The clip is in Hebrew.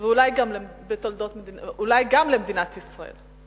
ואולי גם למדינת ישראל,